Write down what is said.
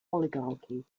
oligarchy